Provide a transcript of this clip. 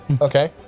okay